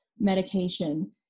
medication